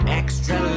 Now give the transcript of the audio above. extra